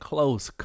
Close